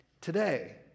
today